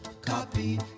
copy